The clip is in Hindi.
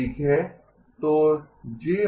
तो JsW